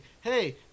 hey –